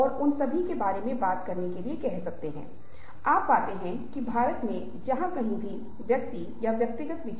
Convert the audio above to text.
अब अगली बार जब आप इसे करते हैं तो आप देखते हैं कि वह व्यक्ति आपको सुन रहा है